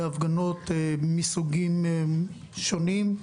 בהפגנות מסוגים שונים.